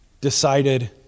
decided